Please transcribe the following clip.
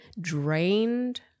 Drained